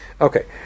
Okay